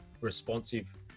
responsive